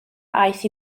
aeth